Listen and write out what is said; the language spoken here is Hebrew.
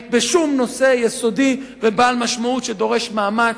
בשום נושא יסודי ובעל משמעות שדורש מאמץ,